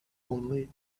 only